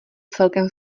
celkem